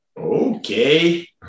Okay